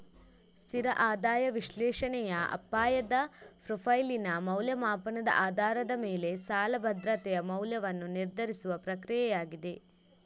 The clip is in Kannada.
ಸ್ಥಿರ ಆದಾಯ ವಿಶ್ಲೇಷಣೆಯ ಅಪಾಯದ ಪ್ರೊಫೈಲಿನ ಮೌಲ್ಯಮಾಪನದ ಆಧಾರದ ಮೇಲೆ ಸಾಲ ಭದ್ರತೆಯ ಮೌಲ್ಯವನ್ನು ನಿರ್ಧರಿಸುವ ಪ್ರಕ್ರಿಯೆಯಾಗಿದೆ